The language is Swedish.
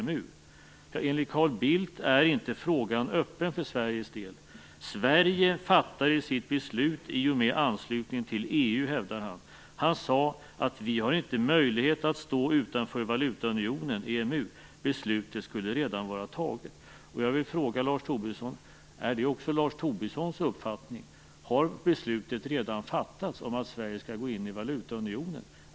Artikeln fortsätter: "Enligt Carl Bildt är inte frågan öppen för Sveriges del. Sverige fattade sitt beslut i och med anslutningen till EU." Carl Bildt sade alltså att vi inte har möjlighet att stå utanför valutaunionen EMU. Beslutet skulle redan vara fattat. Jag vill fråga Lars Tobisson om det också är Lars Tobissons uppfattning. Har beslutet redan fattats om att Sverige skall gå in i valutaunionen?